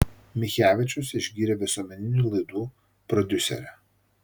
michevičius išgyrė visuomeninių laidų prodiuserę